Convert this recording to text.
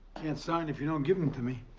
can't sign if you don't give them to me.